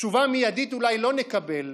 תשובה מיידית אולי לא נקבל,